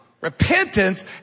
Repentance